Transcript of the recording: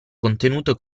contenuto